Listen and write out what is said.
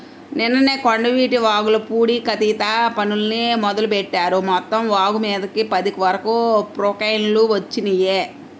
నిన్ననే కొండవీటి వాగుల పూడికతీత పనుల్ని మొదలుబెట్టారు, మొత్తం వాగుమీదకి పది వరకు ప్రొక్లైన్లు వచ్చినియ్యి